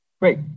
Great